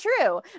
true